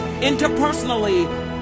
interpersonally